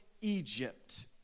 Egypt